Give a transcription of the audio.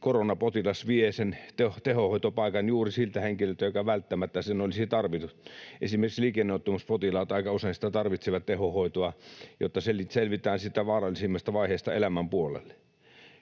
koronapotilas vie sen tehohoitopaikan juuri siltä henkilöltä, joka välttämättä sen olisi tarvinnut. Esimerkiksi liikenneonnettomuuspotilaat aika usein tarvitsevat tehohoitoa, jotta selvitään siitä vaarallisimmasta vaiheesta elämän puolelle.